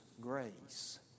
grace